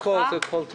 הכול.